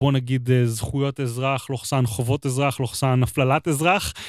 בואו נגיד זכויות אזרח, לוחסן חובות אזרח, לוחסן הפללת אזרח.